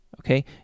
okay